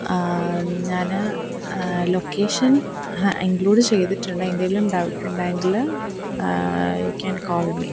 ഞാൻ location include ചെയ്തിട്ടുണ്ട് എന്തേലും ഡൗട്ടുണ്ടെങ്കിൽ യു ക്യാൻ കോൾ മി